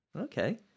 Okay